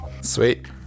Sweet